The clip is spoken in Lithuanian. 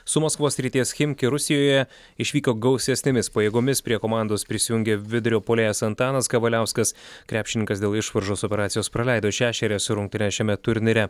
su maskvos srities chimki rusijoje išvyko gausesnėmis pajėgomis prie komandos prisijungė vidurio puolėjas antanas kavaliauskas krepšininkas dėl išvaržos operacijos praleido šešerias rungtynes šiame turnyre